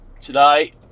today